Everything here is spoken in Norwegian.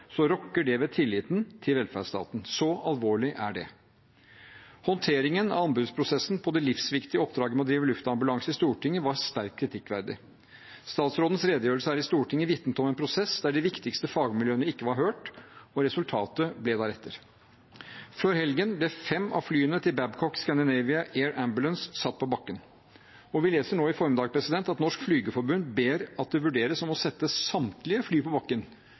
Så alvorlig er det. Håndteringen i Stortinget av anbudsprosessen for det livsviktige oppdraget med å drive luftambulanse var sterkt kritikkverdig. Statsrådens redegjørelse her i Stortinget vitnet om en prosess der de viktigste fagmiljøene ikke var hørt, og resultatet ble deretter. Før helgen ble fem av flyene til Babcock Scandinavian AirAmbulance satt på bakken, og vi leser nå i formiddag at Norsk Flygerforbund ber om at det vurderes å sette samtlige fly på bakken,